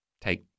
take